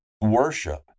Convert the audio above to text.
worship